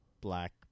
black